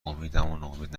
ناامید